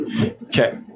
Okay